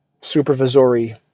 Supervisory